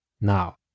Now